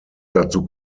dazu